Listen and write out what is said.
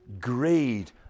greed